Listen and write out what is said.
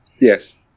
Yes